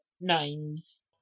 names